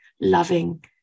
Loving